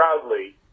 proudly